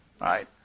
right